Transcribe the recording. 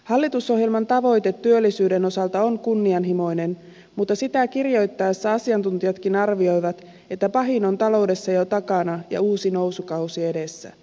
hallitusohjelman tavoite työllisyyden osalta on kunnianhimoinen mutta sitä kirjoitettaessa asiantuntijatkin arvioivat että pahin on taloudessa jo takana ja uusi nousukausi edessä